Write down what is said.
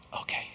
okay